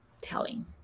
telling